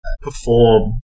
perform